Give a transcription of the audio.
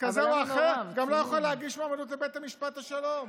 כזה או אחר לא יכול להגיש מועמדות גם לבית משפט השלום.